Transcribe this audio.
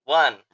one